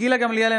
גילה גמליאל,